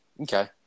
Okay